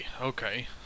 Okay